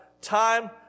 time